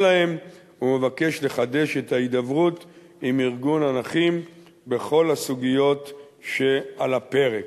להם ומבקש לחדש את ההידברות עם ארגון הנכים בכל הסוגיות שעל הפרק.